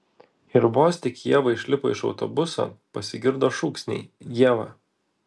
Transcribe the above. ir vos tik ieva išlipo iš autobuso pasigirdo šūksniai ieva